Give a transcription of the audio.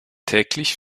täglich